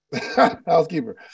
housekeeper